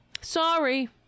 Sorry